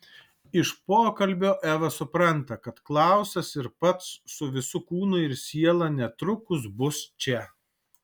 iš pokalbio eva supranta kad klausas ir pats su visu kūnu ir siela netrukus bus čia